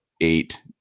eight